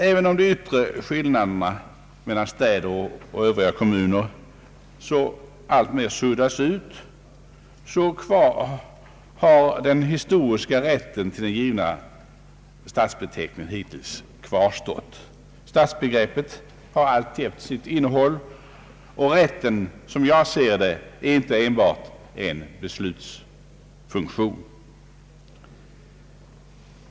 Även om de yttre skillnaderna mellan städer och övriga kommuner alltmer suddats ut, har den historiska rätten till den givna stadsbeteckningen hittills kvarstått. Stadsbegreppet har, som jag ser det, alltjämt sitt innehåll. Rätten är inte enbart en beslutsfunktion.